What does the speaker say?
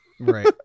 Right